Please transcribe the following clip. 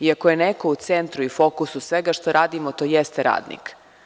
Iako je neko u centru i fokusu svega što radimo, to jeste radnik.